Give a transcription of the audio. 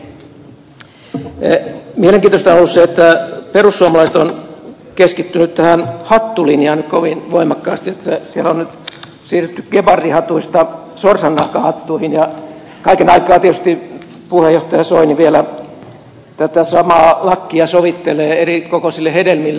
mielenkiintoista on ollut se että perussuomalaiset on keskittynyt tähän hattulinjaan kovin voimakkaasti että siellä on nyt siirrytty gepardihatuista sorsannahkahattuihin ja kaiken aikaa tietysti puheenjohtaja soini vielä tätä samaa lakkia sovittelee erikokoisille hedelmille